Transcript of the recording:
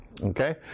Okay